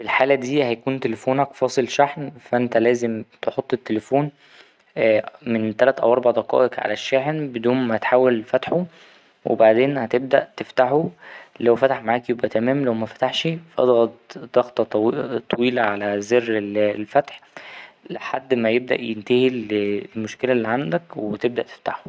في الحالة دي هيكون تليفونك فاصل شحن فا أنت لازم تحط التليفون من تلت أو أربع دقائق على الشاحن بدون ما تحاول فتحه وبعدين هتبدأ تفتحه لو فتح معاك يبقى تمام لو مفتحش أضغط ضغطة ط ـ طويلة على زر الفتح لحد ما يبدأ ينتهي المشكلة اللي عندك وتبدأ تفتحه.